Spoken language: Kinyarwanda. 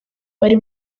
bari